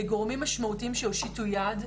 לגורמים משמעותיים שיושיטו יד,